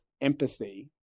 empathy